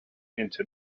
into